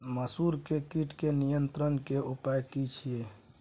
मसूर के कीट के नियंत्रण के उपाय की छिये?